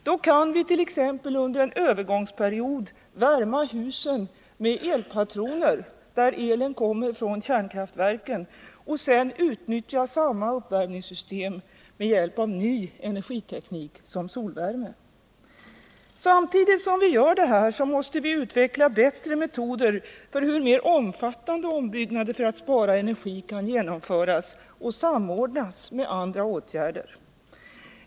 Då kan vi under en övergångsperiod t.ex. värma husen med elpatroner där elkraften kommer från kärnkraftverken och sedan utnyttja samma uppvärmningssystem med hjälp av ny energiteknik som solvärme Samtidigt som vi gör detta måste vi utveckla bättre metoder för hur mer omfattande ombyggnader för att spara energi kan genomföras och samordnas med andra åtgärder.